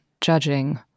judging